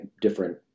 different